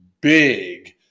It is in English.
big